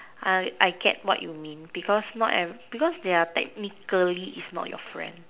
I I get what you mean because not every because technically is not your friend